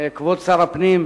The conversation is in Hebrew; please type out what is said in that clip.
כבוד שר הפנים,